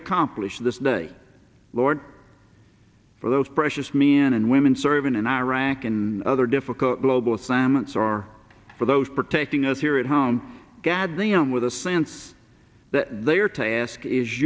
accomplished this day lord for those precious men and women serving in iraq and other difficult global assignments are for those protecting us here at home gathering on with a sense that they are to ask is